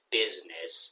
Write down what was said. business